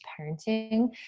parenting